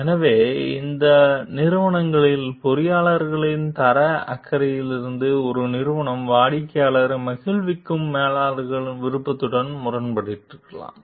எனவே இந்த நிறுவனங்களில் பொறியியலாளரின் தர அக்கறைகளில் ஒரு நிறுவனம் வாடிக்கையாளரை மகிழ்விக்கும் மேலாளர்களின் விருப்பத்துடன் முரண்பட்டிருக்கலாம்